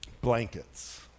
blankets